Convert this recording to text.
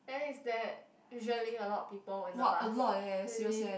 then is there usually a lot of people in the bus really